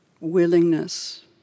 willingness